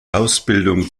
ausbildung